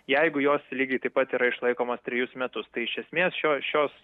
jeigu jos lygiai taip pat yra išlaikomos trejus metus tai iš esmės šio šios